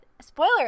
spoiler